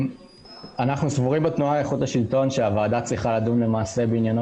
אנחנו סבורים בתנועה לאיכות השלטון שהוועדה צריכה לדון בעניינו